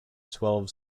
twelve